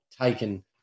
taken